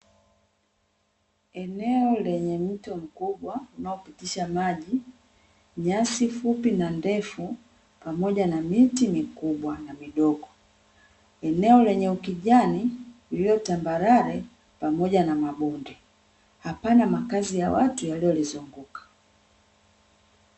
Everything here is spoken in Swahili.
Eneo lenye mto mkubwa unaopitisha maji, nyasi fupi na ndefu pamoja na miti mikubwa na midogo, eneo lenye ukijani iliyotambarare pamoja na mabonde hapana makazi ya watu yaliyolizunguka.